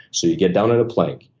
so you get down in a plank.